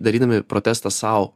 darydami protestą sau